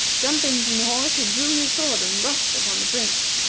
jumping from the horse, he drew his sword, and rushed upon the prince.